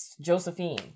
Josephine